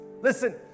Listen